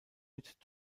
mit